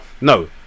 no